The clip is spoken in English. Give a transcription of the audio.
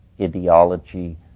ideology